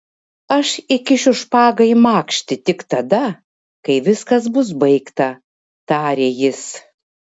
aš įkišiu špagą į makštį tik tada kai viskas bus baigta tarė jis